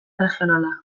erregionala